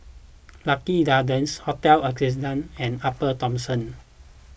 Lucky Gardens Hotel Ascendere and Upper Thomson